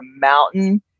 mountain